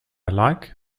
like